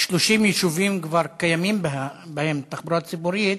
30 יישובים כבר קיימת בהם תחבורה ציבורית,